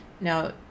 Now